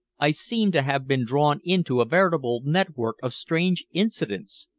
i seemed to have been drawn into a veritable network of strange incidents,